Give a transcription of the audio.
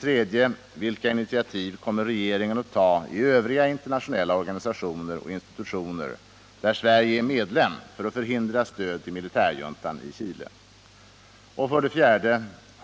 3. Vilka initiativ kommer regeringen att ta i övriga internationella organisationer och institutioner, där Sverige är medlem, för att förhindra stöd till militärjuntan i Chile? 4.